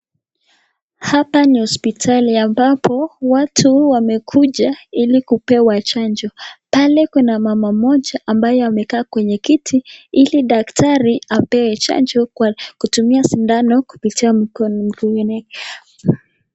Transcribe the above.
Hapa ni hospitali ambapo watu wamekuja hili kupewa chonjo, pale kuna mama mmoja ambaye ameka kwenye kiti hili daktari apewe chanjo kwenye kutumia sindano kupitia mkono mwingine.